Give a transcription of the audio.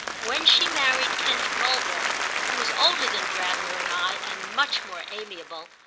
when she married kent mulville, who was older than gravener and i and much more amiable,